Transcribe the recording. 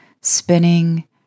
spinning